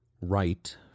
right